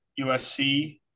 USC